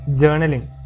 journaling